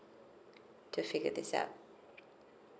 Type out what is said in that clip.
to figure this app